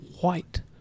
White